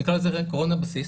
נקרא לזה קורונה בסיס